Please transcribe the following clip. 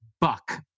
buck